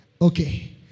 Okay